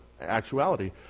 actuality